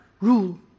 rule